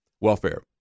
welfare